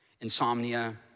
insomnia